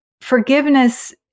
forgiveness